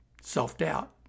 self-doubt